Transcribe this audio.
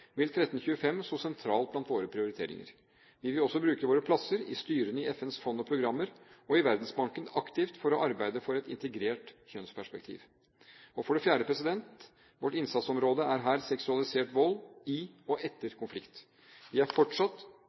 vil resolusjon 1325 stå sentralt blant våre prioriteringer. Vi vil også bruke våre plasser i styrene i FNs fond og programmer og i Verdensbanken aktivt for å arbeide for et integrert kjønnsperspektiv. For det fjerde er vårt innsatsområde seksualisert vold i og etter konflikt. Vi